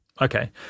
Okay